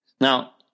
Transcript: Now